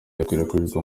yakwirakwijwe